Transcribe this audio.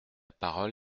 parole